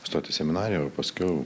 stot į seminariją o paskiau